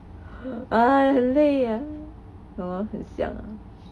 ah 很累啊 !hannor! 很像啊